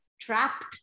trapped